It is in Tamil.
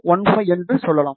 15 என்று சொல்லலாம்